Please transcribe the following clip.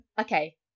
okay